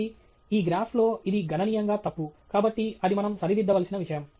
కాబట్టి ఈ గ్రాఫ్లో ఇది గణనీయంగా తప్పు కాబట్టి అది మనం సరిదిద్దవలసిన విషయం